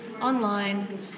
online